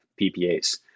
PPAs